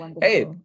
Hey